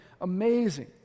amazing